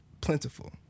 plentiful